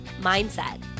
mindset